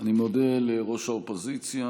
אני מודה לראש האופוזיציה.